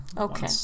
Okay